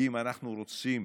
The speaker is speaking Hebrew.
אם אנחנו רוצים